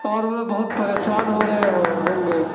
اور وہ بہت پریشان ہو رہے ہے ہوں گے